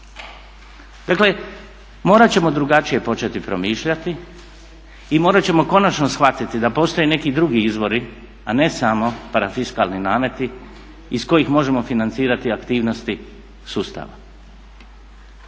Dakle, morat ćemo drugačije početi promišljati i morat ćemo konačno shvatiti da postoje neki drugi izvori a ne samo parafiskalni nameti iz kojih možemo financirati aktivnosti sustava.